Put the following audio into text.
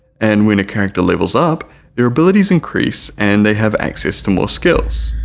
and when a character levels up their abilities increase and they have access to more skills.